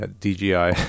DJI